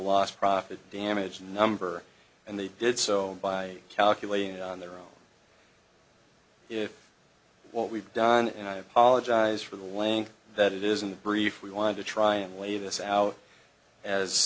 last profit damages number and they did so by calculating on their oil if what we've done and i apologize for the length that it is in the brief we wanted to try and lay this